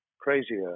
crazier